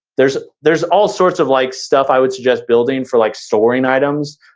there's ah there's all sorts of like stuff i would suggest building for like storing items,